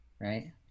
Right